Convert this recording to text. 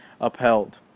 upheld